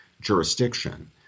jurisdiction